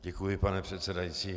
Děkuji, pane předsedající.